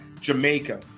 Jamaica